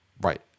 right